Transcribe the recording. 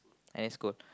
any school